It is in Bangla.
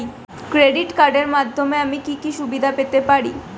ক্রেডিট কার্ডের মাধ্যমে আমি কি কি সুবিধা পেতে পারি?